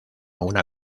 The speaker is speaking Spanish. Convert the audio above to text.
una